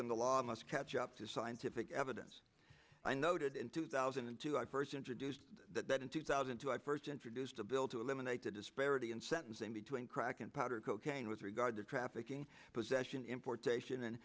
in the last catch up to scientific evidence i noted in two thousand and two i first introduced that in two thousand and two i first introduced a bill to eliminate the disparity in sentencing between crack and powder cocaine with regard to trafficking possession importation and